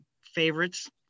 favorites